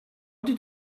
did